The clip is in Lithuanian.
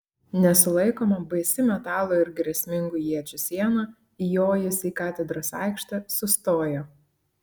nesulaikoma baisi metalo ir grėsmingų iečių siena įjojusi į katedros aikštę sustojo